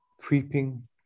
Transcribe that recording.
creeping